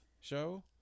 show